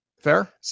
Fair